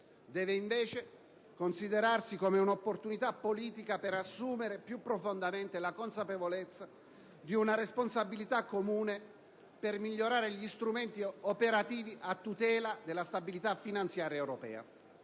Deve invece considerarsi come un'opportunità politica per assumere più profondamente la consapevolezza di una responsabilità comune, per migliorare gli strumenti operativi a tutela della stabilità finanziaria europea.